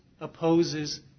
opposes